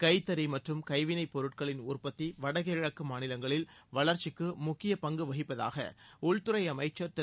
கைத்தறி மற்றும் கைவினைப் பொருட்களின் உற்பத்தி வடகிழக்கு மாநிலங்களில் வளர்ச்சிக்கு முக்கிய பங்கு வகிப்பதாக உள்துறை அமைச்சர் திரு